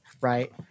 right